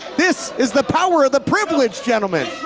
this is the power of the privilege, gentlemen!